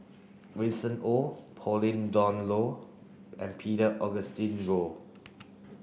Winston Oh Pauline Dawn Loh and Peter Augustine Goh